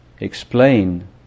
explain